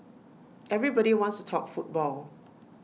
everybody wants to talk football